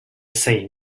same